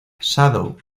shadow